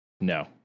No